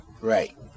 Right